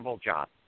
job